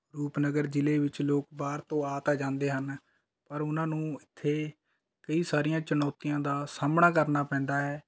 ਰੂਪਨਗਰ ਜ਼ਿਲ੍ਹੇ ਵਿੱਚ ਲੋਕ ਬਾਹਰ ਤੋਂ ਆ ਤਾਂ ਜਾਂਦੇ ਹਨ ਪਰ ਉਨ੍ਹਾਂ ਨੂੰ ਇੱਥੇ ਕਈ ਸਾਰੀਆਂ ਚੁਣੌਤੀਆਂ ਦਾ ਸਾਹਮਣਾ ਕਰਨਾ ਪੈਂਦਾ ਹੈ